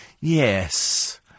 Yes